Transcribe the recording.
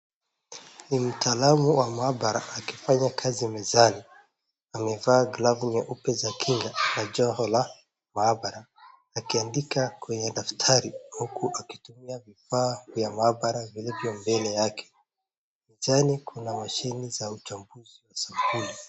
Ni mtaalamu wa maabara akifanya kazi mezani, amevaa glavu nyeupe za kinga na joho la maabara akiandika kwenye daftari huku akitumia vifaa vya maabara vilivyo mbele yake. Kuna mashini za uchambuzi ya sampuli.